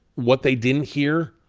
what they didn't hear,